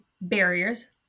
barriers